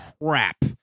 crap